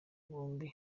bombi